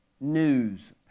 news